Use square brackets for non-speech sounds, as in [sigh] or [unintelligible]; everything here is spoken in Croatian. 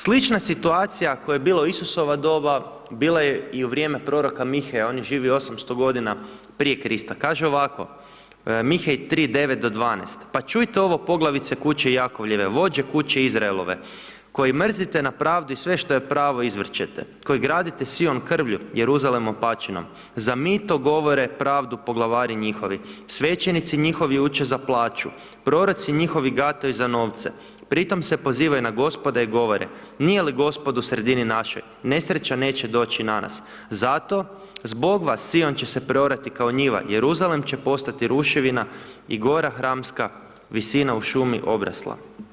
Slična situacija koja je bila u Isusova doba, bila je u vrijeme proroka Mihe, on je živio 800 g. prije Krista, kaže ovko, Miha 3,9 do 12, pa čujte ovo poglavice kuće Jakovljeve, vođa kuće izraelove, koji mrzite na pravdi sve što je pravo izvrćete, koji gradite … [unintelligible] krvlju i Jeruzalem opečenom za mito govore pravdu poglavari njihovi, svećenici njihovi uče za plaću, proroci njihovi gataju za novce, pri tome se pozivaju na Gospoda i govore, nije li Gospod u sredini naše, nesreća neće doći na nas, zato zbog vas Sion će se poorati kao njiva, Jeruzalem će postati ruševina i gora hramska visina u šumi obrasla.